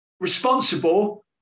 responsible